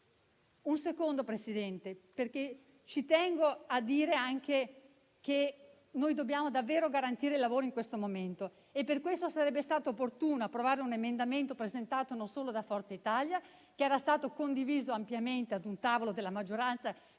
Signor Presidente, tengo anche a dire che dobbiamo davvero garantire il lavoro in questo momento. Per questo sarebbe stato opportuno approvare un emendamento presentato non solo da Forza Italia, ma anche condiviso ampiamente a un tavolo della maggioranza,